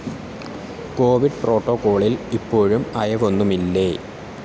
Covid പ്രോട്ടോക്കോളിൽ ഇപ്പോഴും അയവൊന്നുമില്ലേ